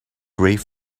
wreath